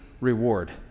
reward